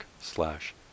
slash